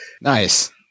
Nice